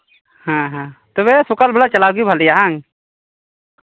ᱦᱮᱸ ᱦᱮᱸ ᱛᱚᱵᱮ ᱥᱚᱠᱟᱞ ᱵᱮᱞᱟ ᱪᱟᱞᱟᱣᱜᱮ ᱵᱷᱟᱹᱜᱤᱭᱟ ᱦᱮᱸᱵᱟᱝ